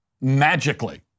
Magically